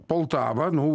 poltava nu